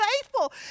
faithful